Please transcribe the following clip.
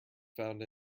found